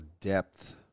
depth